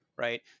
right